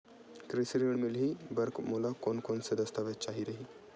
कृषि ऋण मिलही बर मोला कोन कोन स दस्तावेज चाही रही?